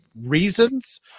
reasons